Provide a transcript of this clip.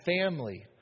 family